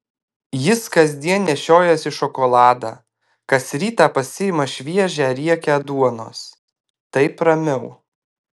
jis kasdien nešiojasi šokoladą kas rytą pasiima šviežią riekę duonos taip ramiau